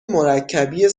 مرکبی